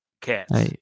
cats